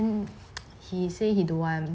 then he say he don't want